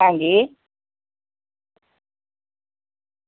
हां जी